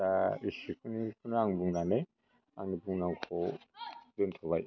दा इसिखिनिखौनो आं बुंनानै आंनि बुंनांगौखौ दोनथ'बाय